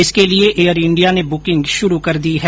इसके लिए Air India ने बुकिंग शुरू कर दी है